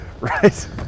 Right